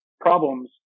problems